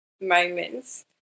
moments